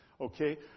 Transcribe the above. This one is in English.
Okay